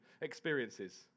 experiences